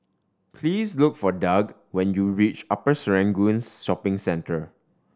please look for Doug when you reach Upper Serangoon Shopping Centre